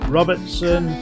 Robertson